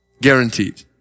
Guaranteed